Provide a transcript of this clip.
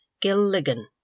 Gilligan